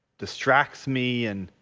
distracts me and